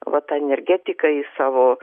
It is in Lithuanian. va tą energetiką į savo